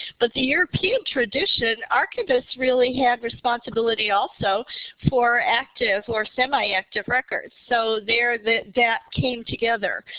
but the european tradition, archivists really have responsibility also for active or semi-active records. so there that that came together.